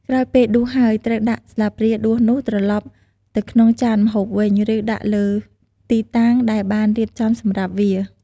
ក្រោយពេលដួសហើយ ត្រូវដាក់ស្លាបព្រាដួសនោះត្រឡប់ទៅក្នុងចានម្ហូបវិញ ឬដាក់លើទីតាំងដែលបានរៀបចំសម្រាប់វា។